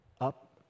up